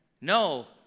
No